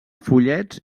fullets